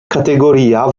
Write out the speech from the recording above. categoria